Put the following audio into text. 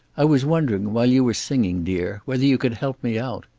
i was wondering while you were singing, dear, whether you could help me out.